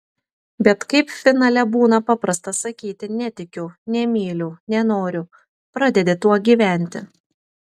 bet kaip finale būna paprasta sakyti netikiu nemyliu nenoriu pradedi tuo gyventi